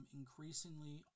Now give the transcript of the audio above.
increasingly